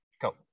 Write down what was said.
go